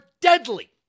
deadly